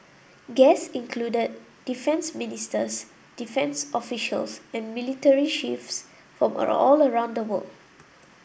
guests included defence ministers defence officials and military chiefs from all around the world